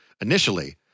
initially